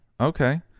Okay